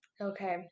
Okay